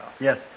Yes